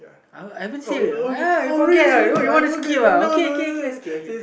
I I haven't say uh you forget uh you you wanna skip uh okay K K skip okay